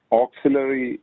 Auxiliary